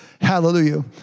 Hallelujah